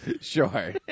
Sure